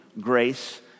grace